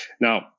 Now